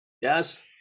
yes